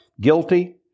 guilty